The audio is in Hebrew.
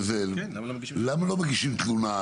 למה לא מגישים תלונה?